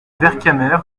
vercamer